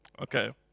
Okay